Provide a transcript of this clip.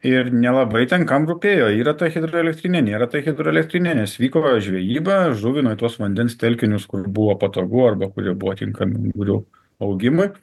ir nelabai ten kam rūpėjo yra ta hidroelektrinė nėra tai elektrinė nes vyko žvejyba žuvino į tuos vandens telkinius kur buvo patogu arba kurie buvo tinkami ungurių augimui